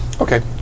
Okay